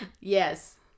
Yes